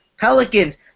Pelicans